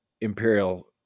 Imperial